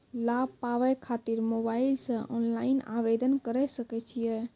लाभ पाबय खातिर मोबाइल से ऑनलाइन आवेदन करें सकय छियै?